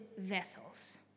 vessels